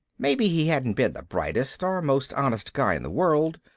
maybe he hadn't been the brightest or most honest guy in the world.